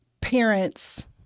parents